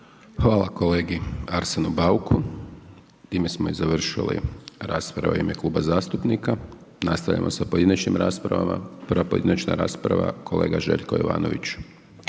Hvala kolegi Arsenu Bauku. Time smo i završili rasprave u ime kluba zastupnika, nastavljamo sa pojedinačnim raspravama. Prva pojedinačna rasprava, kolega Željko Jovanović.